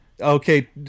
Okay